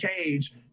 cage